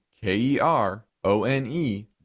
K-E-R-O-N-E